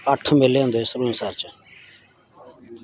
अट्ठ मेले होंदे सरूईंसर च